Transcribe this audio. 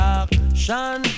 action